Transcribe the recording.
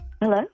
Hello